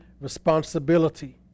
responsibility